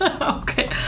Okay